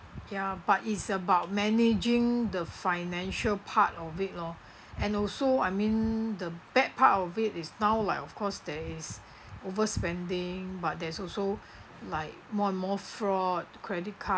ya but it's about managing the financial part of it lor and also I mean the bad part of it is now like of course there is overspending but there's also like more and more fraud credit card